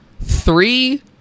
three